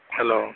hello